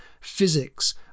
physics